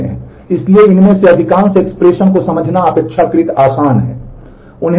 तो हम इस एक्सप्रेशन को समझना अपेक्षाकृत आसान है